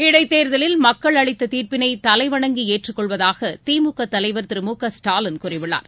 இடைத்தேர்தலில் மக்கள் அளித்த தீர்ப்பினை தலைவணங்கி ஏற்றுக்கொள்வதாக திமுக தலைவர் திரு மு க ஸ்டாலின் கூறியுள்ளார்